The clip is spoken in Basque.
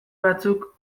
batzuk